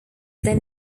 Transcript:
then